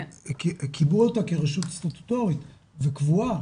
קיבעו אותה כרשות סטטוטורית וקבועה,